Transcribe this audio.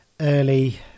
early